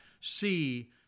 see